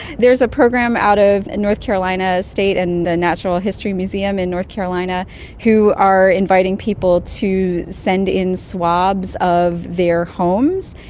there's a program out of and north carolina state and the natural history museum in north carolina who are inviting people to send in swabs of their homes,